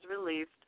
released